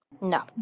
No